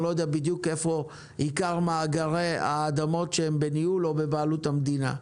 אני לא יודע בדיוק איפה עיקר מאגרי האדמות שהם בניהול או בבעלות המדינה.